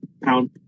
pound